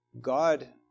God